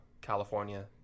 California